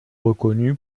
reconnue